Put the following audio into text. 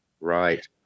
right